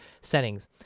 settings